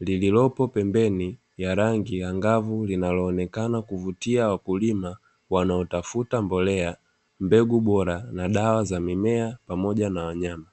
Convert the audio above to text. lililopo pembeni la rangi angavu linaloonekana kuvutia wakulima wanaotafuta mbolea, mbegu bora na dawa za mimea pamoja na wanyama.